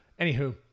anywho